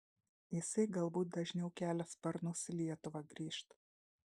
jisai galbūt dažniau kelia sparnus į lietuvą grįžt